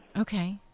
Okay